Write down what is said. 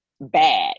bad